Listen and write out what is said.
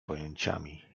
pojęciami